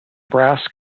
brass